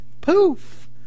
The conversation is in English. Poof